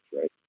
right